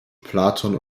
platon